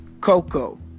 Coco